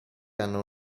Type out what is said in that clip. hanno